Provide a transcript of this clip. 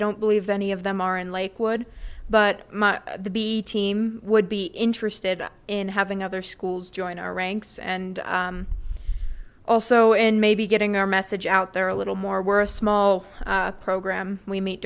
don't believe any of them are in lakewood but my b ii team would be interested in having other schools join our ranks and also in maybe getting our message out there a little more we're a small program we meet